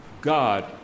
God